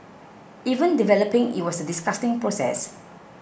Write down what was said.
even developing it was a disgusting process